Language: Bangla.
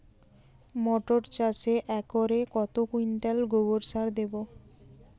মটর চাষে একরে কত কুইন্টাল গোবরসার দেবো?